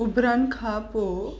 उभिरनि खां पोइ